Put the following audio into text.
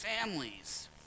families